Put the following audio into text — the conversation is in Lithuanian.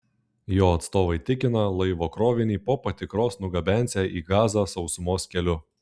jo atstovai tikina laivo krovinį po patikros nugabensią į gazą sausumos keliu